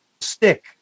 stick